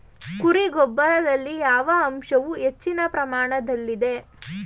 ಕುರಿ ಗೊಬ್ಬರದಲ್ಲಿ ಯಾವ ಅಂಶವು ಹೆಚ್ಚಿನ ಪ್ರಮಾಣದಲ್ಲಿದೆ?